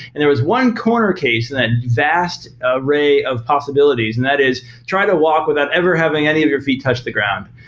and there was one corner case and that vast array of possibilities, and that is try to walk without ever having any of your feet touch the ground.